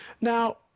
Now